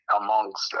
amongst